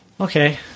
Okay